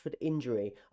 injury